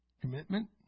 Commitment